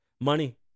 money